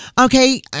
Okay